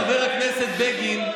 חבר הכנסת בגין,